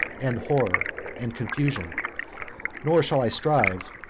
and horror, and confusion nor shall i strive,